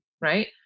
right